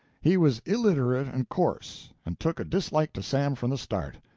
he was illiterate and coarse, and took a dislike to sam from the start.